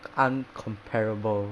uncomparable